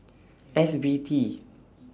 F B T